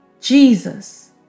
Jesus